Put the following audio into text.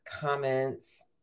comments